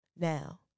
Now